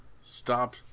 Stop